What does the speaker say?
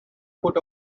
put